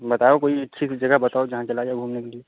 बताओ कोई अच्छी सी जगह बताओ जहाँ चला जाए घूमने के लिए